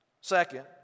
Second